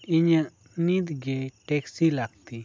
ᱤᱧᱟ ᱜ ᱱᱤᱛ ᱜᱮ ᱴᱮᱠᱥᱤ ᱞᱟᱹᱠᱛᱤ